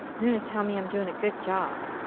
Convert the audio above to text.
luna is telling me i'm doing a good job.